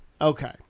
Okay